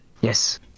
Yes